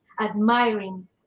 admiring